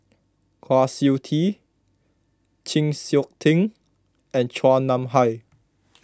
Kwa Siew Tee Chng Seok Tin and Chua Nam Hai